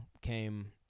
came